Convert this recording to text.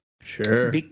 Sure